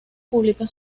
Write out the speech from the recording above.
publica